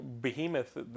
behemoth